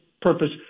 purpose